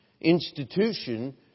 institution